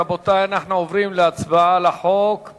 רבותי, אנחנו עוברים להצבעה על הצעת החוק.